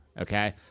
Okay